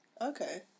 Okay